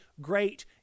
great